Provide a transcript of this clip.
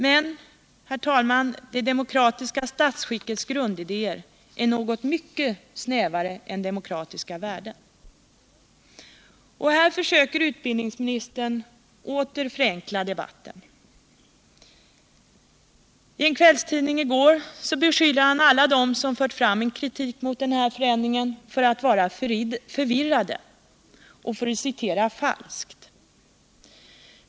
Men, herr talman, det demokratiska statsskickets grundidéer är något mycket snävare än demokratiska värden. Utbildningsministern försöker nu åter förenkla debatten. I en kvällstidning i går beskyllde han alla dem som har fört fram kritik mot denna förändring för att vara förvirrade och för att citera falskt.